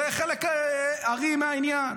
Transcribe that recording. זה חלק הארי מהעניין.